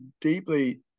deeply